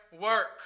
work